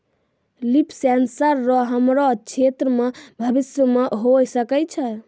लिफ sensor रो हमरो क्षेत्र मे भविष्य मे होय सकै छै